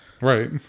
Right